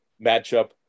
matchup